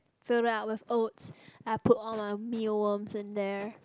surround with oats I put all my mealworms on there